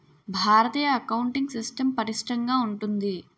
భారతీయ accounting system పటిష్టంగా ఉంటుంది